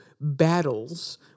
battles